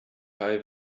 bei